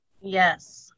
Yes